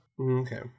Okay